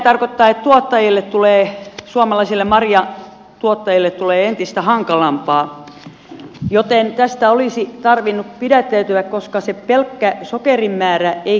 tämä tarkoittaa että suomalaisille marjatuottajille tulee entistä hankalampaa joten tästä olisi tarvinnut pidättäytyä koska se pelkkä sokerin määrä ei kerro kaikkea